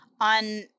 on